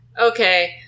Okay